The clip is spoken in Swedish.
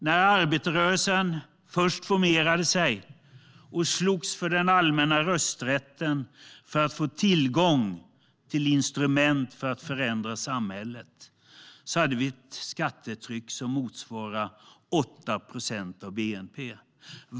När arbetarrörelsen först formerade sig och slogs för den allmänna rösträtten för att få tillgång till instrument för att förändra samhället hade vi ett skattetryck som motsvarade 8 procent av bnp.